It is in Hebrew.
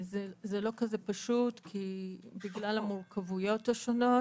זה לא כזה פשוט בגלל המורכבויות השונות.